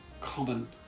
common